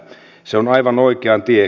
se on aivan oikea tie